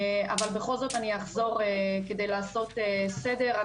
אבל בכל זאת אני אחזור כדי לעשות סדר.